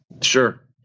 sure